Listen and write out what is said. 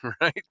right